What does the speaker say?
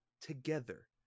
together